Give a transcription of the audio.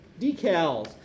decals